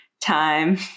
time